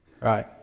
right